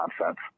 nonsense